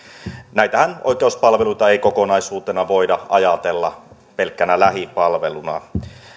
näitä oikeuspalveluitahan ei kokonaisuutena voida ajatella pelkkänä lähipalveluna